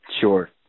Sure